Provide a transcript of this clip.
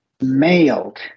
mailed